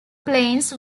planes